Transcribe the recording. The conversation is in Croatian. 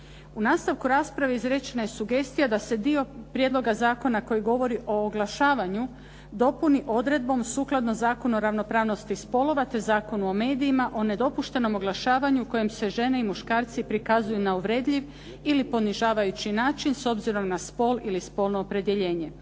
U nastavku rasprave izrečena je sugestija da se dio prijedloga zakona koji govori o oglašavanju dopuni odredbom sukladno Zakonu o ravnopravnosti spolova te Zakonu o medijima o nedopuštenom oglašavanju u kojem se žene i muškarci prikazuju na uvredljiv ili ponižavajući način s obzirom na spol ili spolno opredjeljenje.